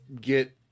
get